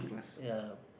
ya